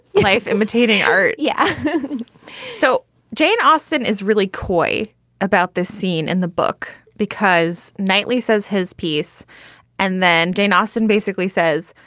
life imitating art. yeah so jane austen is really coy about this scene in the book because knightley says his piece and then jane austen basically says,